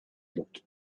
looked